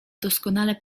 doskonale